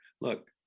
look